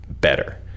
better